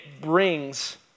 brings